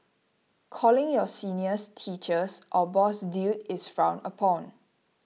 calling your seniors teachers or boss dude is frowned upon